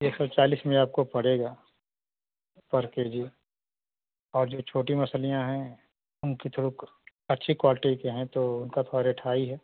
एक सौ चालीस में आपको पड़ेगा पर के जी और जो छोटी मछलियाँ हैं उनकी थुरुक अच्छी क्वालटी के हैं तो उनका थोड़ा रेट हाई है